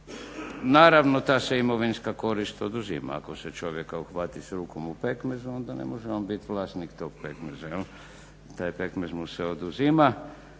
Naravno ta se imovinska korist oduzima ako se čovjeka uhvati s rukom u pekmezu onda ne može on biti vlasnik tog pekmeza jel', taj pekmez mu se oduzima.